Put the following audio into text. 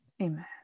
Amen